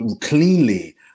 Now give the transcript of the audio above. cleanly